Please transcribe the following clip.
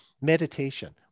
meditation